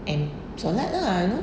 and solat lah you know